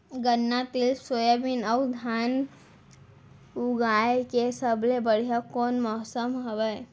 गन्ना, तिल, सोयाबीन अऊ धान उगाए के सबले बढ़िया कोन मौसम हवये?